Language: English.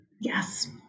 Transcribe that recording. Yes